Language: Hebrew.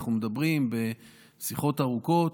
אנחנו מדברים שיחות ארוכות,